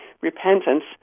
repentance